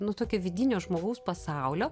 nu tokio vidinio žmogaus pasaulio